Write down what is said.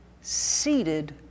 seated